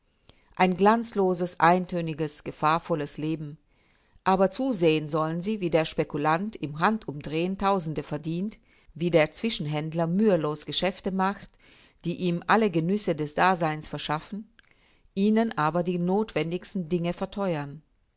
ein glanzloses eintöniges gefahrvolles leben aber zusehen sollen sie wie der spekulant im handumdrehen tausende verdient wie der zwischenhändler mühelos geschäfte macht die ihm alle genüsse des daseins verschaffen ihnen aber die notwendigsten dinge verteuern